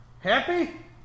Happy